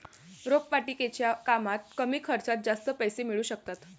रोपवाटिकेच्या कामात कमी खर्चात जास्त पैसे मिळू शकतात